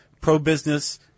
pro-business